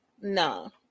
No